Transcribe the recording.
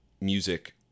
music